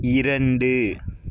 இரண்டு